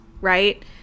right